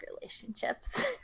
relationships